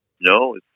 No